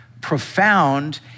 profound